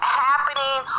happening